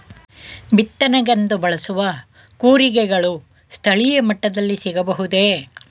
ಬಿತ್ತನೆಗೆಂದು ಬಳಸುವ ಕೂರಿಗೆಗಳು ಸ್ಥಳೀಯ ಮಟ್ಟದಲ್ಲಿ ಸಿಗಬಹುದೇ?